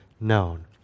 known